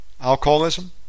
Alcoholism